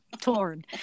torn